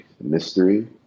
mystery